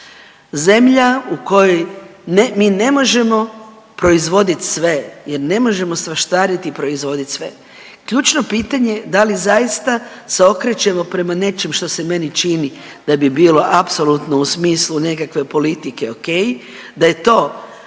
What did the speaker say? zemlja u kojoj mi ne možemo proizvoditi sve jer ne možemo svaštariti i proizvoditi sve. Ključno pitanje, da li zaista se okrećemo prema nečem što se meni čini da bi bilo apsolutno u smislu nekakve politike ok, da je to